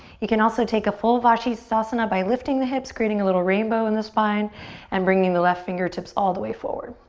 you can also take a full vasisthasana by lifting lifting the hips creating a little rainbow in the spine and bringing the left fingertips all the way forward.